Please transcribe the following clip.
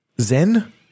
Zen